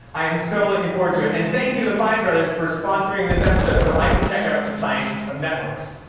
i am so looking forward to it. and thank you to the fine brothers for sponsoring this episode so i could check out the science of networks.